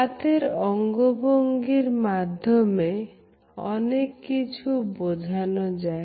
হাতের অঙ্গভঙ্গির মাধ্যমে অনেক কিছু বোঝানো যায়